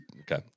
okay